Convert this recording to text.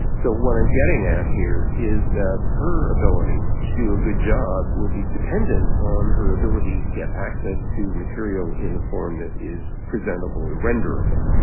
so what i'm getting at here is that her ability to do a good job will be dependent on her ability to get access to material in a form that is presentable or renderable.